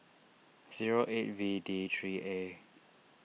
zero eight V D three A